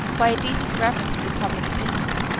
by a decent reverence for the public opinion,